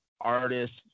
artists